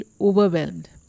overwhelmed